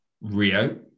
Rio